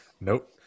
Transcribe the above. Nope